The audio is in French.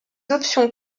options